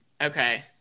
Okay